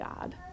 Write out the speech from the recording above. God